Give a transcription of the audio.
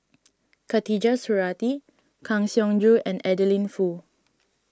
Khatijah Surattee Kang Siong Joo and Adeline Foo